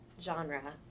genre